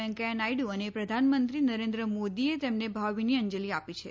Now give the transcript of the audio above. વેંકૈયા નાયડુ અને પ્રધાનમંત્રી નરેન્ટ્ટ મોદીએ તેમને ભાવભીની અંજલી આપી છે